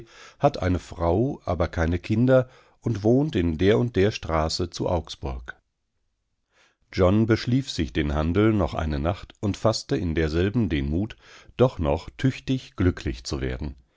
hat eine frau aber keine kinder und wohnt in der und der straße zu augsburg john beschlief sich den handel noch eine nacht und faßte in derselben den mut doch noch tüchtig glücklich zu werden